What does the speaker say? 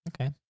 Okay